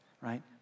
right